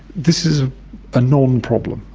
this is a non-problem.